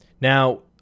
Now